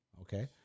Okay